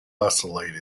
isolate